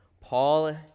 Paul